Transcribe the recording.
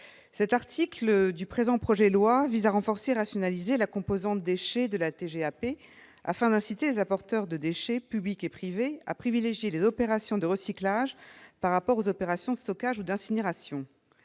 L'article 8 vise à renforcer et à rationaliser la composante « déchets » de la TGAP, afin d'inciter les apporteurs de déchets, publics et privés, à privilégier les opérations de recyclage par rapport aux opérations de stockage ou d'incinération.